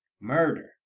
murder